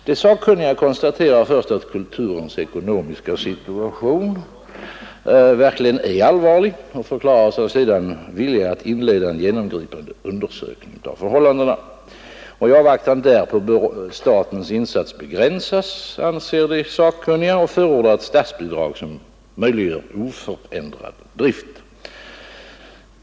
De sakkunniga konstaterar först att Kulturens ekonomiska situation verkligen är allvarlig och förklarar sig sedan villiga att inleda en genomgripande undersökning av förhållandena. I avvaktan därpå bör statens insats begränsas, anser de sakkunniga och förordar ett statsbidrag som möjliggör oförändrad drift.